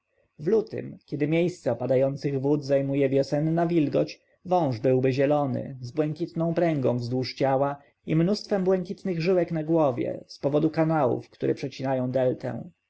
w lutym kiedy miejsce opadających wód zajmuje wiosenna roślinność wąż byłby zielony z błękitną pręgą wzdłuż ciała i mnóstwem błękitnych żyłek na głowie z powodu kanałów które przecinają deltę